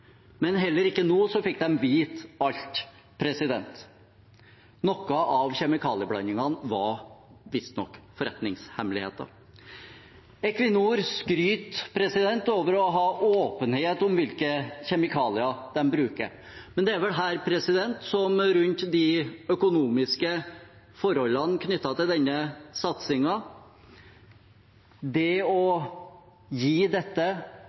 Men heller ikke nå fikk de vite alt. Noen av kjemikalieblandingene var visstnok forretningshemmeligheter. Equinor skryter av å ha åpenhet om hvilke kjemikalier de bruker, men det er vel her som med de økonomiske forholdene knyttet til denne satsingen – det å gi